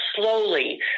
slowly